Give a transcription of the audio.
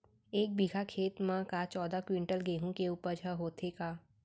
एक बीघा खेत म का चौदह क्विंटल गेहूँ के उपज ह होथे का?